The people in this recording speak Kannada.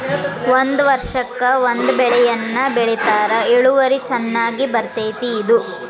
ಒಂದ ವರ್ಷಕ್ಕ ಒಂದ ಬೆಳೆಯನ್ನಾ ಬೆಳಿತಾರ ಇಳುವರಿ ಚನ್ನಾಗಿ ಬರ್ತೈತಿ ಇದು